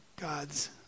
God's